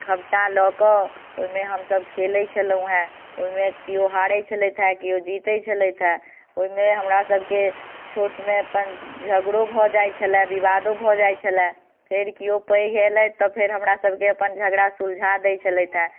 खपटा लऽ कऽ ओहिमे हमसभ खेलैत छलहुँ हेँ ओहिमे किओ हारैत छलथि हे किओ जीतैत छलथि हे ओहिमे हमरासभके छोटमे अपन झगड़ो भऽ जाइत छलए विवादो भऽ जाइत छलए फेर किओ पैघ एलथि तऽ फेर हमरासभके अपन झगड़ा सुलझा दैत छलथि हे